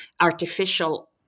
artificial